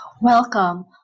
Welcome